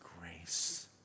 grace